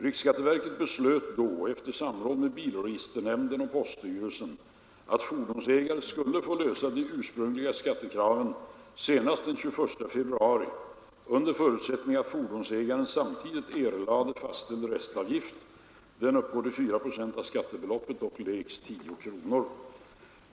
Riksskatteverket beslöt då, efter samråd med bilregisternämnden och poststyrelsen, att fordonsägarna skulle få lösa de ursprungliga skattekraven senast den 21 februari under förutsättning att fordonsägaren samtidigt erlade fastställd restavgift. Denna uppgår till 4 procent av skattebeloppet, dock lägst 10 kronor.